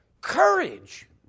courage